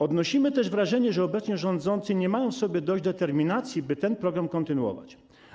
Odnosimy też wrażenie, że obecnie rządzący nie mają w sobie dość determinacji, by ten program kontynuować.